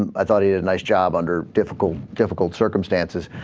i thought he had nice job under difficult difficult circumstances